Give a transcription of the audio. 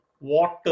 water